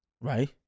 right